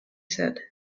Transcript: said